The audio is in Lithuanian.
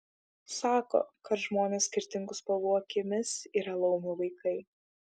sako kad žmonės skirtingų spalvų akimis yra laumių vaikai